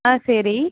ஆ சரி